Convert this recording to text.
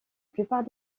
plupart